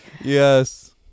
yes